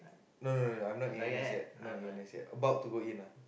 no no no I'm not in N_S yet not in N_S yet about to go in ah